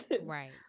Right